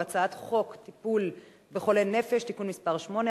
הצעת חוק טיפול בחולי נפש (תיקון מס' 8),